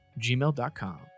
gmail.com